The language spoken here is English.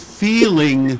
feeling